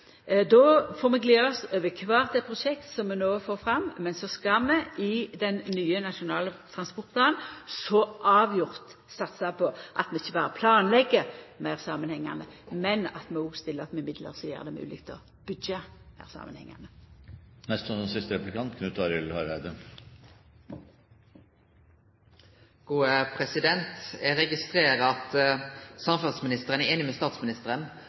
Då får vi gleda oss over at kvart prosjekt som vi får fram. Så skal vi i den nye Nasjonal transportplan så avgjort satsa på at vi ikkje berre planlegg meir samanhengande, men at vi også stiller opp med midlar som gjer det mogleg å byggja meir samanhengande. Eg registrerer at samferdselsministeren er einig med statsministeren i at ni år er for lang planleggingstid. Samferdselsministeren er òg einig med